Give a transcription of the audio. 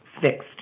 fixed